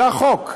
זה החוק.